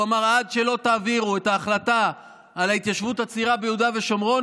הוא אמר: עד שלא תעבירו את ההחלטה על ההתיישבות הצעירה ביהודה ושומרון,